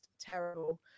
terrible